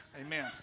amen